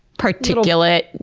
particulate.